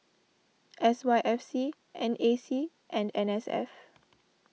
S Y F C N A C and N S F